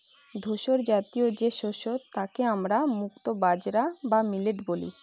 ধূসরজাতীয় যে শস্য তাকে আমরা মুক্তো বাজরা বা মিলেট বলি